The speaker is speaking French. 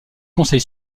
conseil